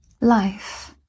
life